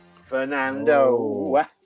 Fernando